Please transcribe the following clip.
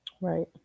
Right